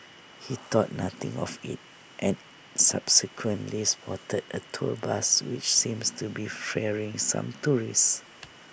he thought nothing of IT and subsequently spotted A tour bus which seems to be ferrying some tourists